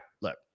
look